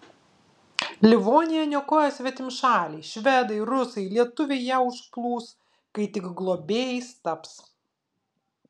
livoniją niokoja svetimšaliai švedai rusai lietuviai ją užplūs kai tik globėjais taps